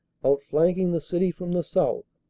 outflanking the city from the south,